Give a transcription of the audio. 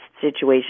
situation